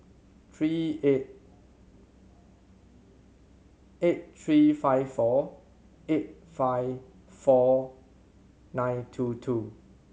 three eight eight three five four eight five four nine two two